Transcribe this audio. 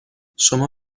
شما